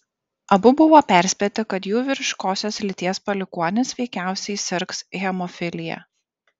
abu buvo perspėti kad jų vyriškosios lyties palikuonis veikiausiai sirgs hemofilija